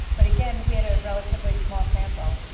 but again we had a relatively small sample,